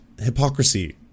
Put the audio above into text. hypocrisy